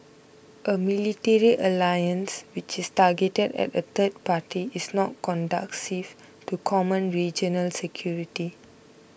a military alliance which is targeted at a third party is not conducive to common regional security